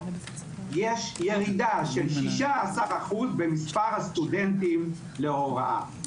יש ירידה של 16% במספר הסטודנטים להוראה.